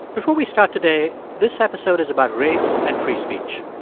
before we start today, this episode is about race and free speech.